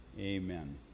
Amen